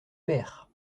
perds